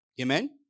Amen